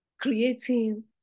creating